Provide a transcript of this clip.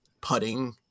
putting